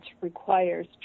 requires